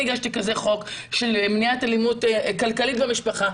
הגשתי חוק כזה לגבי מניעת אלימות כלכלית במשפחה.